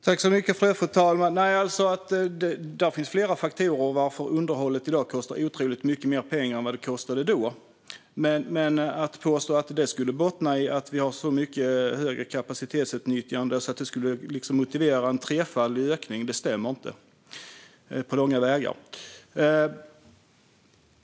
Fru talman! Det finns flera anledningar till att underhållet i dag kostar otroligt mycket mer pengar än vad det kostade då, men att vi har ett så mycket högre kapacitetsutnyttjande att det skulle motivera en trefaldig ökning stämmer inte på långa vägar.